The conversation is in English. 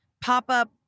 pop-up